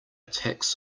tax